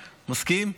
מסכים?